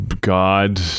god